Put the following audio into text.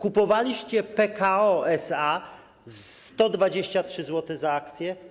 Kupowaliście Pekao SA - 123 zł za akcję.